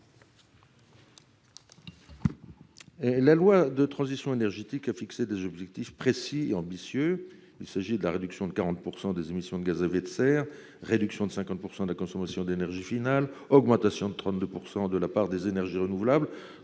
la croissance verte a fixé des objectifs précis et ambitieux. Je pense à la réduction de 40 % des émissions de gaz à effet de serre, à la réduction de 50 % de la consommation d'énergie finale, à l'augmentation à 32 % de la part des énergies renouvelables